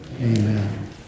amen